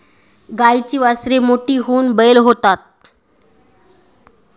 गाईची वासरे मोठी होऊन बैल होतात